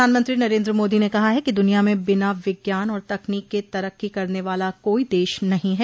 प्रधानमंत्री नरेन्द्र मोदी ने कहा कि दुनिया में बिना विज्ञान और तकनीक के तरक्की करने वाला कोई दश नहीं है